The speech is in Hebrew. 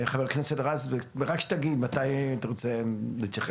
חבר הכנסת רז, מתי אתה רוצה להתייחס?